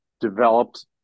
developed